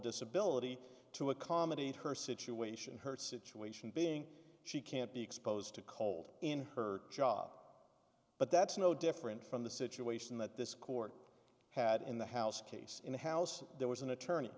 disability to accommodate her situation her situation being she can't be exposed to cold in her job but that's no different from the situation that this court had in the house case in the house there was an attorney